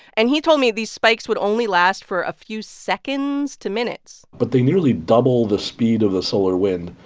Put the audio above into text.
and he told me these spikes would only last for a few seconds to minutes but they nearly double the speed of the solar wind.